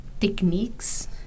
techniques